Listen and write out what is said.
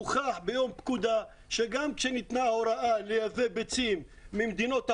הוכח ביום פקודה שגם כשניתנה הוראה לייבא ביצים ממדינות העולם,